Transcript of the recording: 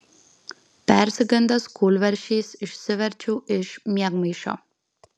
persigandęs kūlversčiais išsiverčiau iš miegmaišio